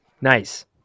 Nice